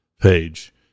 page